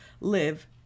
live